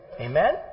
Amen